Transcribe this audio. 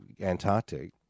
Antarctic